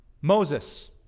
Moses